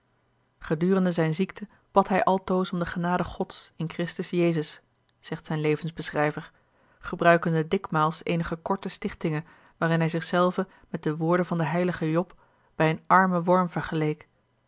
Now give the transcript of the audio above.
gedurende zijne ziekte bad hij altoos om de genade gods in christus jezus zegt zijn levensbeschrijver gebruickende dikmaels eenige korte suchtinge waarin hij sichselven met de woorden van den eiligen job bij een armen worm vergeleek